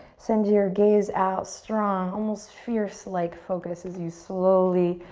send your gaze out. strong almost fierce like focus as you slowly,